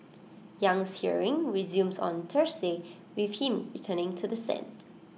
Yang's hearing resumes on Thursday with him returning to the stand